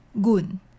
Gun